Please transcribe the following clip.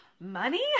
money